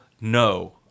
No